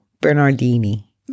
bernardini